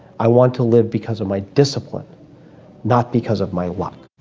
i want to live because of my discipline not because of my luck.